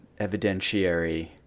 evidentiary